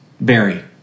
Barry